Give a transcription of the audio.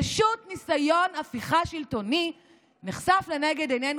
פשוט ניסיון הפיכה שלטוני נחשף לנגד עינינו.